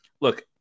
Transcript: look